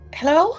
hello